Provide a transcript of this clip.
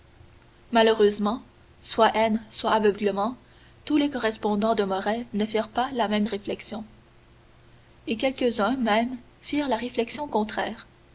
malheureusement soit haine soit aveuglement tous les correspondants de morrel ne firent pas la même réflexion et quelques-uns même firent la réflexion contraire